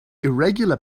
irregular